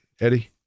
Eddie